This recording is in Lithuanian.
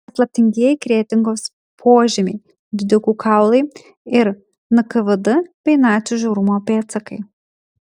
paslaptingieji kretingos požemiai didikų kaulai ir nkvd bei nacių žiaurumo pėdsakai